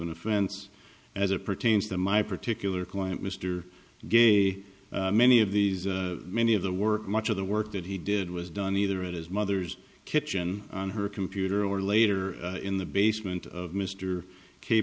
offense as it pertains to my particular client mr gately many of these many of the work much of the work that he did was done either it is mother's kitchen on her computer or later in the basement of mr k